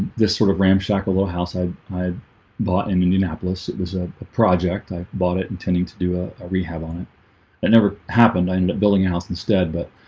this sort of ramshackle low house i i bought in indianapolis. it was ah a project. i bought it intending to do ah a rehab on it. it never happened i'm building a house instead, but